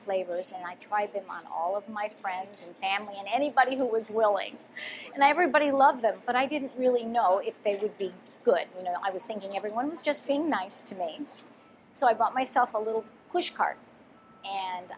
flavors and i tried them on all of my friends and family and anybody who was willing and everybody loved them but i didn't really know if they would be good you know i was thinking everyone was just being nice to me so i bought myself a little push cart and